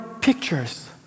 pictures